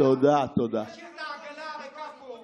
אשאיר את העגלה הריקה פה.